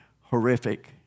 horrific